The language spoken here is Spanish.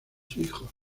hijos